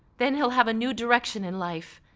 then he'll have a new direction in life,